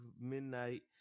midnight